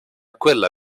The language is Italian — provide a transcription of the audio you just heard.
quella